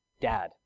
dad